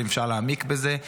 אפשר להעמיק בזה,